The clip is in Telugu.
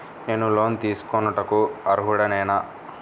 నేను లోన్ తీసుకొనుటకు అర్హుడనేన?